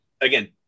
again